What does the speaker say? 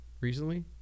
recently